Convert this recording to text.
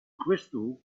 crystal